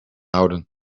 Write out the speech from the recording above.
houden